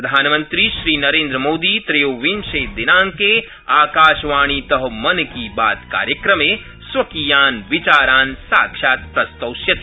प्रधानमन्त्री श्रीनरस्त्रिमोदी त्रयोविंश विनांक आकाशवाणीत मन की बात कार्यक्रमस्त्रिकीयान् विचारान् साक्षात् प्रस्तौष्यति